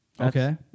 Okay